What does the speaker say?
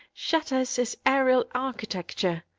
shatters his aerial architecture.